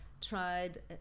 tried